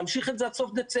להמשיך את זה עד סוף דצמבר.